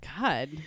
god